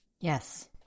Yes